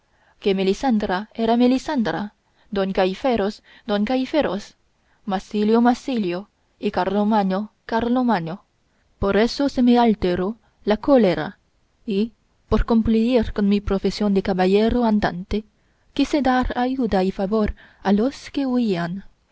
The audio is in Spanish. que melisendra era melisendra don gaiferos don gaiferos marsilio marsilio y carlomagno carlomagno por eso se me alteró la cólera y por cumplir con mi profesión de caballero andante quise dar ayuda y favor a los que huían